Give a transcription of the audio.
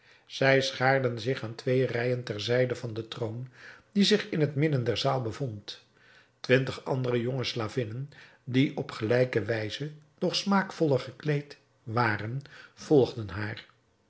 zij schaarden zich aan twee rijen ter zijde van den troon die zich in het midden der zaal bevond twintig andere jonge slavinnen die op gelijke wijze doch smaakvoller gekleed waren volgden haar